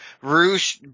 Rouge